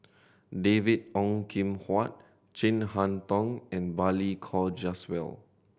David Ong Kim Huat Chin Harn Tong and Balli Kaur Jaswal